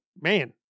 man